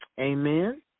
Amen